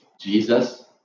Jesus